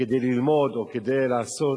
כדי ללמוד או כדי לעשות